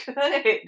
good